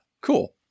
cool